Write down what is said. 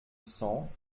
cent